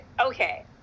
Okay